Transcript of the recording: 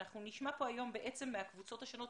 אנחנו נשמע כאן היום מהקבוצות השונות,